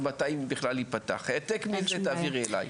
ואני אדבר איתו ונשמע,